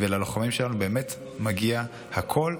ללוחמים שלנו באמת מגיע הכול,